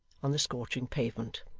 on the scorching pavement.